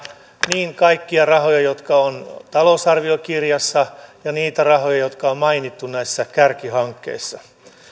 niin kaikkia rahoja jotka ovat talousarviokirjassa kuin niitä rahoja jotka on mainittu näissä kärkihankkeissa